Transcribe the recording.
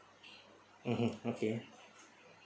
mmhmm okay